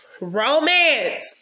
Romance